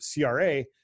CRA